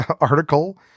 article